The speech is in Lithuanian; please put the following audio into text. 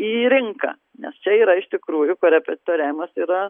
į rinką nes čia yra iš tikrųjų korepetitoriavimas yra